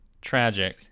Tragic